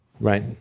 Right